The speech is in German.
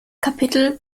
kapitel